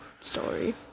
story